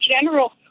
General